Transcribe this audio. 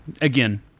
again